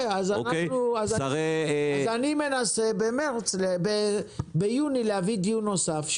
אז אני מנסה ביוני להביא דיון נוסף,